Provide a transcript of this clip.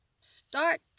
start